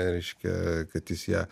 reiškia kad jis ją